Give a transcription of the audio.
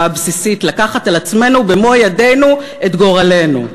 הבסיסית לקחת על עצמנו במו-ידינו את גורלנו: